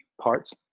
parts